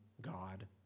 God